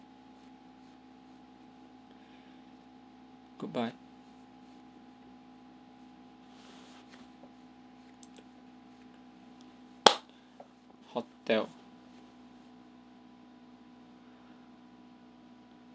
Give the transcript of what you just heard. bye hotel